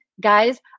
guys